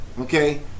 Okay